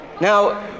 Now